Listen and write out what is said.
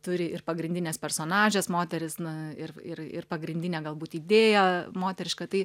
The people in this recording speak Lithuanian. turi ir pagrindines personažes moteris na ir ir ir pagrindinę galbūt idėją moterišką tai